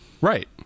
right